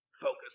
focus